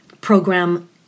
program